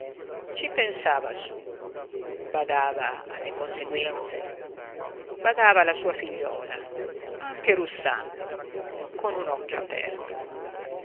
ci pensava su badava alle conseguenze badava alla sua figliuola anche russando con un occhio aperto